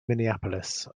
minneapolis